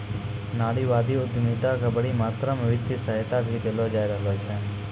नारीवादी उद्यमिता क बड़ी मात्रा म वित्तीय सहायता भी देलो जा रहलो छै